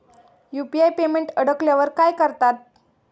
UPI payment अडकल्यावर काय करतात?